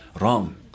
wrong